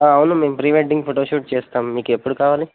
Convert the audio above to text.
అవును మేము pre wedding photo shoot చేస్తాం మీకు ఎప్పుడు కావాలి